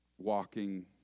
Walking